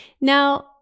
Now